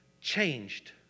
changed